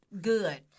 good